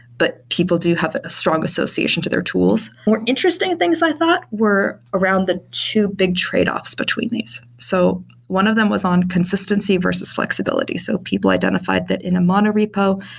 but people do have a strong associations to their tools. more interesting things i thought were around around the two big tradeoffs between these. so one of them was on consistency versus flexibility. so people identified that in a mono repo,